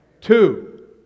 Two